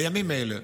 בימים אלה,